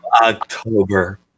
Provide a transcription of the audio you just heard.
October